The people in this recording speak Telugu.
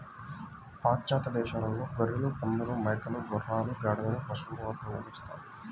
పాశ్చాత్య దేశాలలో గొర్రెలు, పందులు, మేకలు, గుర్రాలు, గాడిదలు పశువుల వర్గంలోకి వస్తాయి